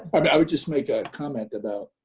um i would just make a comment about,